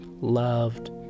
loved